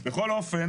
בכל אופן,